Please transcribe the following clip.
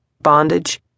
Bondage